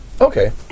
Okay